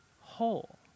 whole